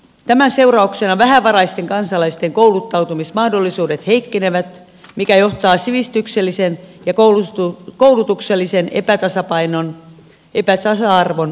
tämän seurauksena vähävaraisten kansalaisten kouluttautumismahdollisuudet heikkenevät mikä johtaa sivistyksellisen ja koulutuksellisen epätasa arvon voimistumiseen